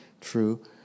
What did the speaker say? true